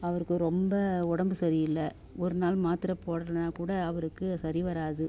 அவருக்கு ரொம்ப உடம்பு சரியில்லை ஒரு நாள் மாத்திர போடலைன்னா கூட அவருக்கு சரி வராது